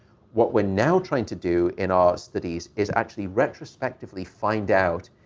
what we're now trying to do in our studies is actually retrospectively find out,